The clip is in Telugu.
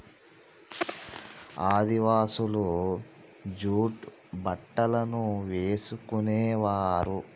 ఆదివాసులు జూట్ బట్టలను వేసుకునేవారు